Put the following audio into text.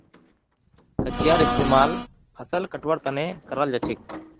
कचियार इस्तेमाल फसल कटवार तने कराल जाछेक